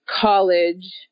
college